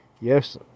Yes